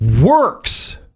works